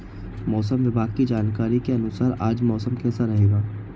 मौसम विभाग की जानकारी के अनुसार आज मौसम कैसा रहेगा?